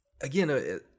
again